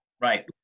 right